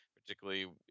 particularly